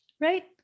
right